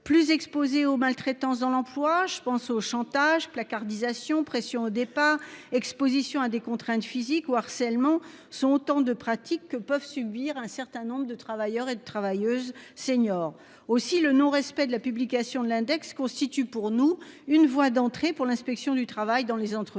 plus exposés aux maltraitances dans l'emploi, je pense au chantage placardisation pression au départ Exposition à des contraintes physiques ou harcèlement sont autant de pratiques que peuvent subir un certain nombre de travailleurs et de travailleuses seniors aussi le non respect de la publication de l'index constitue pour nous une voie d'entrée pour l'inspection du travail dans les entreprises,